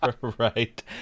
Right